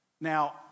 Now